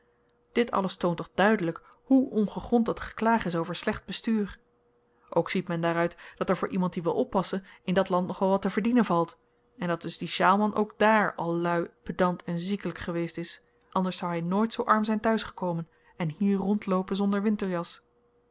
dit alles toont toch duidelyk hoe ongegrond dat geklaag is over slecht bestuur ook ziet men daaruit dat er voor iemand die wil oppassen in dat land nog wel wat te verdienen valt en dat dus die sjaalman ook dààr al lui pedant en ziekelyk geweest is anders zou hy niet zoo arm zyn thuisgekomen en hier rondloopen zonder winterjas